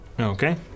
Okay